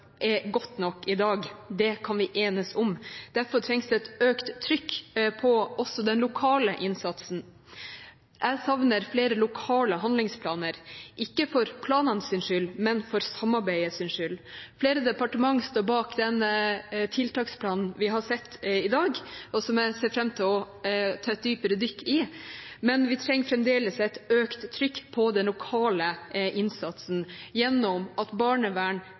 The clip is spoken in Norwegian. er bra nok i dag. Det kan vi enes om. Derfor trengs det et økt trykk på den lokale innsatsen også. Jeg savner flere lokale handlingsplaner, ikke for planenes skyld, men for samarbeidets skyld. Flere departementer står bak den tiltaksplanen vi har sett i dag, og som jeg ser fram til å ta et dypere dykk i, men vi trenger fremdeles et økt trykk på den lokale innsatsen gjennom at barnevern,